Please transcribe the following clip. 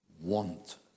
want